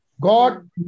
God